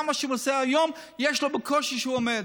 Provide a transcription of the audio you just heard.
גם מה שהוא עושה היום, יש לו, בקושי הוא עומד.